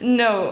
no